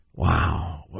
Wow